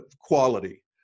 quality